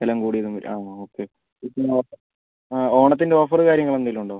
ബലം കൂടിയതും വരും ആ ഓക്കെ ഇതിന് ഓഫർ ആ ഓണത്തിൻ്റെ ഓഫർ കാര്യങ്ങൾ എന്തെങ്കിലും ഉണ്ടോ